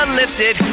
lifted